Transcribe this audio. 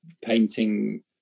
painting